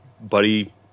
Buddy